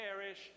perish